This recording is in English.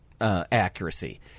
accuracy